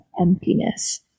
emptiness